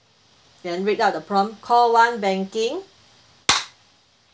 then read out the prompt call one banking